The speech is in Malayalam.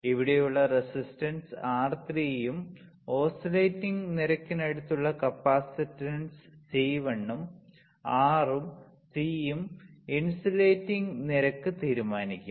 ഇവിടെയുള്ള റെസിസ്റ്റൻസ് R3 ഉം ഓസിലേറ്റിംഗ് നിരക്കിനടുത്തുള്ള കപ്പാസിറ്റൻസ് C1 ഉം R ഉം C ഉം ഇൻസുലേറ്റിംഗ് നിരക്ക് തീരുമാനിക്കും